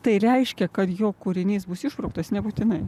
tai reiškia kad jo kūrinys bus išbrauktas nebūtinai